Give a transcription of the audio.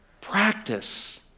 practice